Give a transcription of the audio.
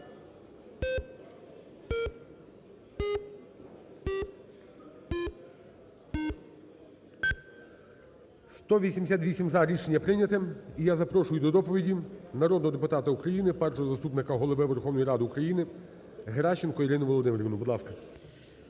За-188 Рішення прийняте. І я запрошую до доповіді народного депутата України, Першого заступника Голови Верховної Ради України Геращенко Ірину Володимирівну. Будь ласка.